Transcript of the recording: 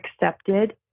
accepted